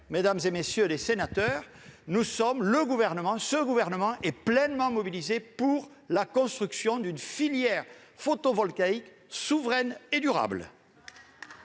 mesdames, messieurs les sénateurs, ce gouvernement est pleinement mobilisé pour la construction d'une filière photovoltaïque souveraine et durable.